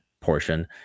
portion